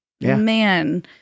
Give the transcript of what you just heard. man